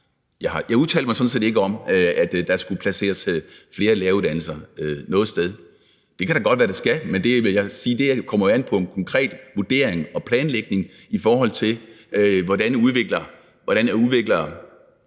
Jeg udtalte mig sådan set ikke om, at der skulle placeres flere læreruddannelser noget sted. Det kan da godt være, at der skal det, men det vil jeg sige jo kommer an på en konkret vurdering og planlægning, i forhold til hvordan